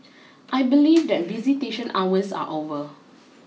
I believe that visitation hours are over